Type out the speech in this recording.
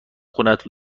خونت